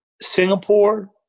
Singapore